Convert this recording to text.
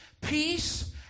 peace